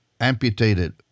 amputated